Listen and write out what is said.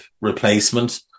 replacement